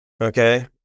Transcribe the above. okay